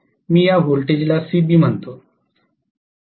मी या व्होल्टेजला cb म्हणतो